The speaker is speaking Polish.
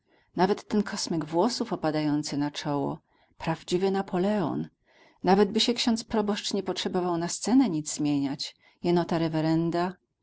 nawet ten kosmyk włosów opadający na czoło prawdziwy napoleon nawet by się ksiądz proboszcz nie potrzebował na scenę nic zmieniać jeno ta rewerenda